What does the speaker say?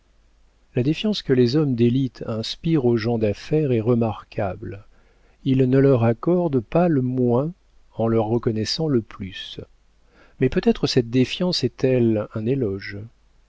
la défiance que les hommes d'élite inspirent aux gens d'affaires est remarquable ils ne leur accordent pas le moins en leur reconnaissant le plus mais peut-être cette défiance est-elle un éloge